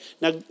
Now